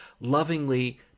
lovingly